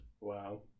Wow